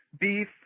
beef